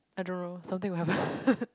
I don't know something will happen